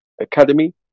academy